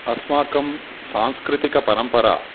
अस्माकं सांस्कृतिकपरम्परा